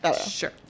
Sure